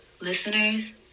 listeners